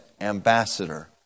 ambassador